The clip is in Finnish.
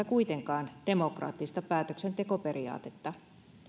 kuitenkaan vaarantamatta demokraattista päätöksentekoperiaatetta